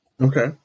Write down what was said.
Okay